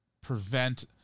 prevent